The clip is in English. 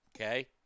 okay